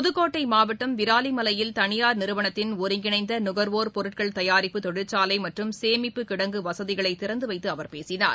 புதக்கோட்டை மாவட்டம் விராலிமலையில் தளியார் நிறுவனத்தின் ஒருங்கினைந்த நுகர்வோர் பொருட்கள் தயாரிப்பு தொழிற்சாலை மற்றும் சேமிப்பு கிடங்கு வசதிகளை திறந்துவைத்து அவர் பேசினார்